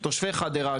תושבי חדרה,